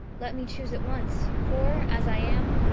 let me choose at once, for, as i am,